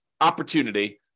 opportunity